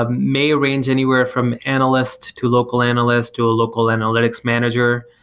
ah may range anywhere from analyst, to local analyst, to a local analytics manager,